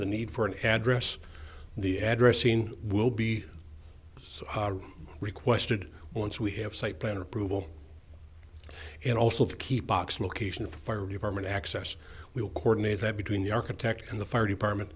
the need for an address the address seen will be requested once we have site plan or approval and also to keep oxman occasion fire department access we will coordinate that between the architect and the fire department